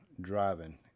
driving